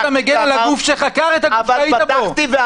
מחלקת חקירות שוטרים היא זרוע של פרקליטות המדינה.